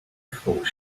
thought